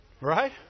right